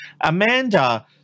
Amanda